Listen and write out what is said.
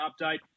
update